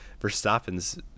Verstappen's